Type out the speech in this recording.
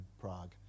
Prague